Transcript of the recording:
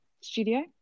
studio